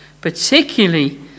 particularly